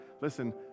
Listen